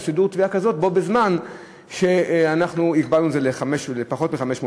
סידור תביעה כזה בו בזמן שהגבלנו לפחות מ-500 שקל.